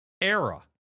era